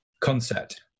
concept